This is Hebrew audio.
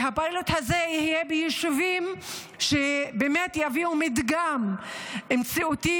והפיילוט הזה יהיה ביישובים שבאמת יביאו מדגם מציאותי,